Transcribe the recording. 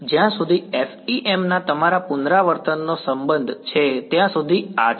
તેથી જ્યાં સુધી FEM ના તમારા પુનરાવર્તનનો સંબંધ છે ત્યાં સુધી આ છે